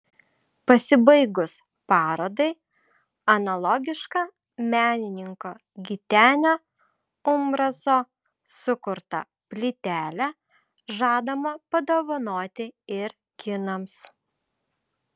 pasibaigus parodai analogišką menininko gitenio umbraso sukurtą plytelę žadama padovanoti ir kinams